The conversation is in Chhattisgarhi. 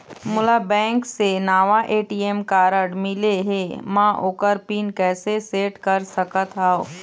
मोला बैंक से नावा ए.टी.एम कारड मिले हे, म ओकर पिन कैसे सेट कर सकत हव?